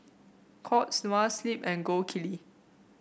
Courts Noa Sleep and Gold Kili